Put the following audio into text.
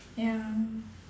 ya